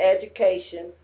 education